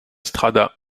strada